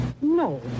No